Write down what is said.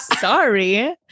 Sorry